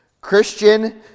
Christian